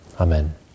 Amen